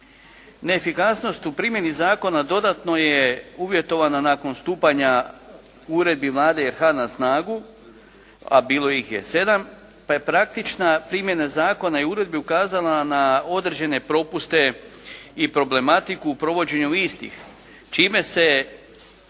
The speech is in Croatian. Neefikasnost u primjeni zakona dodatno je uvjetovana nakon stupanja uredbi Vlade RH na snagu a bilo ih je 7 pa je praktična primjena zakona i uredbi ukazala na određene propuste i problematiku u provođenju istih čime se